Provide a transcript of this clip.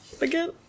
Again